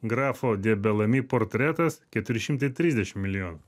grafo de bel ami portretas keturi šimtai trisdešimt milijonų